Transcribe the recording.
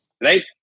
Right